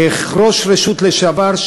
כראש רשות לעבר,